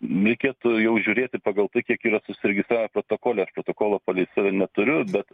reikėtų jau žiūrėti pagal tai kiek yra susiregistravę protokoleaš protokolo palei save neturiu bet